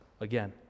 again